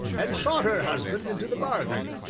and shot her husband into the bargain.